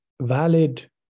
valid